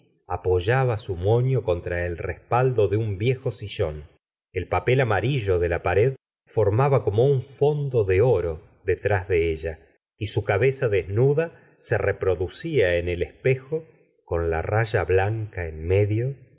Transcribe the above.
apoyaba su moño contra el respaldo de un viejo sillón el papel amarillo de la pared formaba como un fondo de oro detrás de ella y su cabeza desnuda se reprodu cía en el espejo con la raya blanca en medio